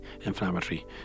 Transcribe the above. inflammatory